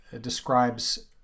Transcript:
describes